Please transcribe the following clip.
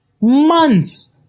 months